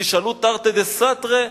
תשאלו: תרתי דסתרי?